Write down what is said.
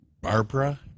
Barbara